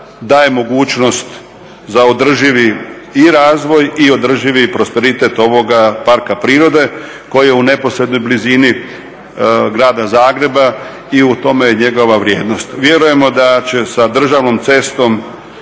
daje mogućnost za održivi i razvoj i održivi prosperitet ovoga parka prirode koji je u neposrednoj blizini grada Zagreba i u tome je njegova vrijednost. Vjerujemo da će sa državnom cestom